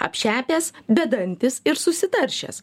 apšepęs bedantis ir susitaršęs